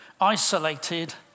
isolated